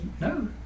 no